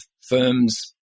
firms